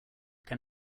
can